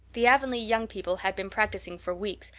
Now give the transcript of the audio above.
the avonlea young people had been practicing for weeks,